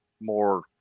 more